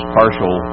partial